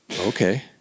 okay